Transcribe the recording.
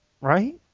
Right